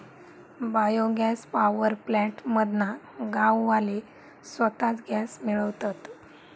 bio gas power plant मधना गाववाले स्वताच गॅस मिळवतत